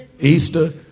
Easter